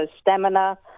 stamina